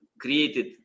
created